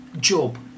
Job